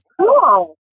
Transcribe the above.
Cool